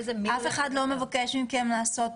יש עוד משרד ממשלתי שמבקש לדבר?